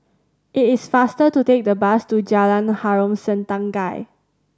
it is faster to take the bus to Jalan Harom Setangkai